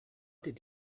did